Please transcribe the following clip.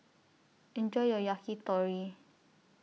Enjoy your Yakitori